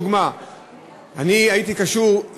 חברי חברי הכנסת,